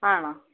ആണോ